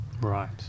right